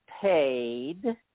paid